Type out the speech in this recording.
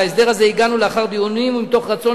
להסדר הזה הגענו לאחר דיונים ומתוך רצון